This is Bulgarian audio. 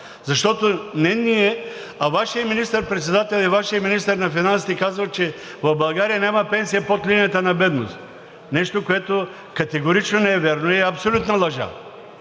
Защото не ние, а Вашият министър-председател и Вашият министър на финансите казват, че в България няма пенсия под линията на бедност – нещо, което категорично не е вярно и е абсолютна лъжа.